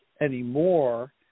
anymore